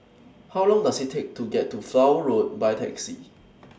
How Long Does IT Take to get to Flower Road By Taxi